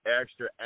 extra